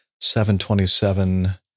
727